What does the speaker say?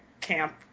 camp